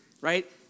right